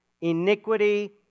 iniquity